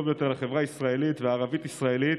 יותר לחברה הישראלית והערבית-הישראלית